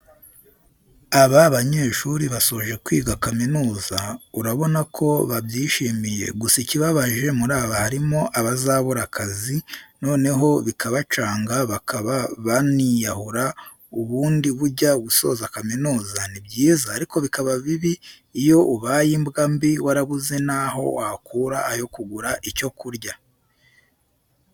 Aba banyeshuri basoje kwiga kaminuza, urabona ko babyishimiye, gusa ikibabaje muri aba harimo abazabura akazi, noneho bikabacanga bakaba baniyahura ubundi burya gusoza kaminuza, ni byiza ariko bikaba bibi iyo ubaye imbwa mbi warabuze naho wakura ayo kugura icyo kurya.